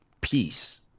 peace